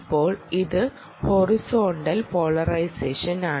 ഇപ്പോൾ ഇത് ഹൊറിസോൺടെൽ പോളറൈസേഷനാണ്